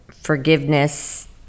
Forgiveness